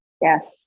yes